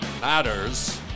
matters